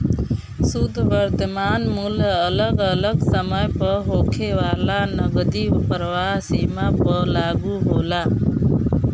शुद्ध वर्तमान मूल्य अगल अलग समय पअ होखे वाला नगदी प्रवाह सीमा पअ लागू होला